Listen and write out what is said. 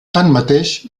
tanmateix